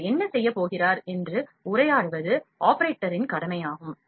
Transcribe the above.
அவர் என்ன செய்யப் போகிறார் என்று உரையாடுவது ஆபரேட்டரின் கடமையாகும்